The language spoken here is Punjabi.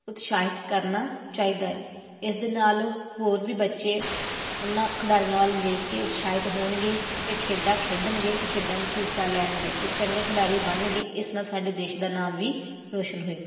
ਉਤਸ਼ਾਹਿਤ ਕਰਨਾ ਚਾਹੀਦਾ ਹੈ ਇਸ ਦੇ ਨਾਲ ਹੋਰ ਵੀ ਬੱਚੇ ਉਹਨਾਂ ਖਿਡਾਰੀਆਂ ਵੱਲ ਵੇਖ ਕੇ ਉਤਸ਼ਾਹਿਤ ਹੋਣਗੇ ਅਤੇ ਖੇਡਾਂ ਖੇਡਣਗੇ ਅਤੇ ਖੇਡਾਂ ਵਿੱਚ ਹਿੱਸਾ ਲੈਣਗੇ ਅਤੇ ਚੰਗੇ ਖਿਡਾਰੀ ਬਣਨਗੇ ਇਸ ਨਾਲ ਸਾਡੇ ਦੇਸ਼ ਦਾ ਨਾਮ ਵੀ ਰੋਸ਼ਨ ਹੋਵੇਗਾ